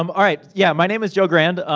um alright, yeah, my name is joe grand.